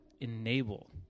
enable